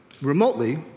remotely